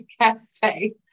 Cafe